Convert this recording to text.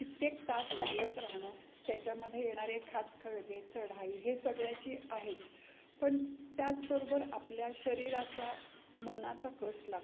कित्येक तास चालत राहणं त्याच्यामध्ये येणारे खाच खळगे चढाई हे सगळ्याची आहेच पण त्याचबरोबर आपल्या शरीराचा मनाचा कस लागतो